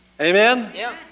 Amen